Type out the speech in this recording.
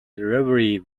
reverie